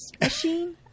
machine